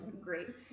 Great